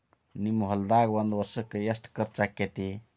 ನಿಮ್ಮ ಹೊಲ್ದಾಗ ಒಂದ್ ವರ್ಷಕ್ಕ ಎಷ್ಟ ಖರ್ಚ್ ಆಕ್ಕೆತಿ?